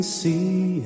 see